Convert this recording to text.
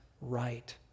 Right